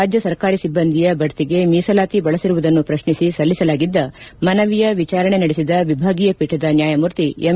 ರಾಜ್ಯ ಸರ್ಕಾರಿ ಸಿಬ್ಲಂದಿಯ ಬಡ್ತಿಗೆ ಮೀಸಲಾತಿ ಬಳಸಿರುವುದನ್ನು ಪ್ರಶ್ನಿಸಿ ಸಲ್ಲಿಸಲಾಗಿದ್ದ ಮನವಿಯ ವಿಚಾರಣೆ ನಡೆಸಿದ ವಿಭಾಗೀಯ ಪೀಠದ ನ್ಯಾಯಮೂರ್ತಿ ಎಂ